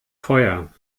feuer